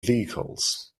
vehicles